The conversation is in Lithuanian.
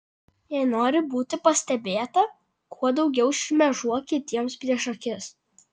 jei nori būti pastebėta kuo daugiau šmėžuok kitiems prieš akis